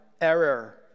error